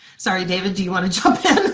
sorry, david, do you wanna jump